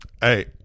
Hey